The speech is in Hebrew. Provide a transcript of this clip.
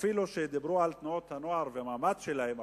אפילו שדיברו על תנועות הנוער והמעמד שלהן,